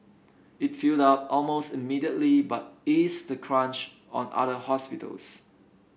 it filled up almost immediately but eased the crunch on other hospitals